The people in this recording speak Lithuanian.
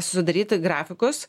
sudaryti grafikus